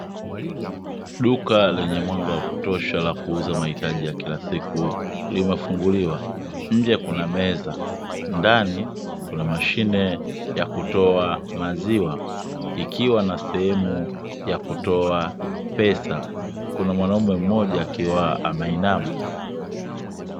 Duka lenye mwanga wa kutosha la kuuza mahitaji ya kila siku limefunguliwa, nje kuna meza ndani kuna mashine ya kutoa maziwa ikiwa na sehemu ya kutoa pesa, kuna mwanaume mmoja akiwa anainama.